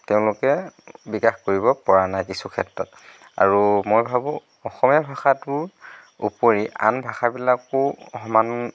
তেওঁলোকে বিকাশ কৰিব পৰা নাই কিছু ক্ষেত্ৰত আৰু মই ভাবোঁ অসমীয়া ভাষাটোৰ ওপৰি আন ভাষাবিলাকো সমান